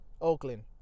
Oakland